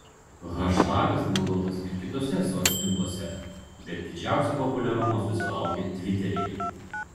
haštagas naudotas ir kituose soctinkluose bet didžiausio populiarumo susilaukė tviteryje